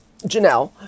Janelle